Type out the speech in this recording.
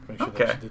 Okay